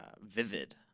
vivid